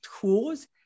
tools